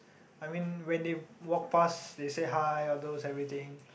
I mean when they walk pass they say hi all those everything